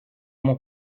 mon